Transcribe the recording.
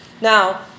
Now